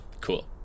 cool